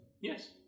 Yes